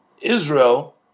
Israel